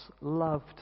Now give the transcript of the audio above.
loved